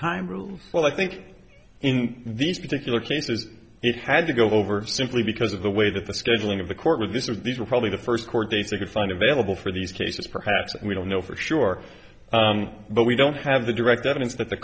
time rules well i think in these particular cases it had to go over simply because of the way that the scheduling of the court with this is these are probably the first court dates they could find available for these cases perhaps we don't know for sure but we don't have the direct evidence that the